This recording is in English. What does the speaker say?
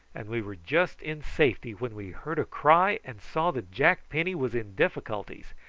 and we were just in safety when we heard a cry, and saw that jack penny was in difficulties.